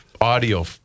audio